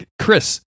Chris